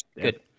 Good